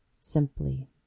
simply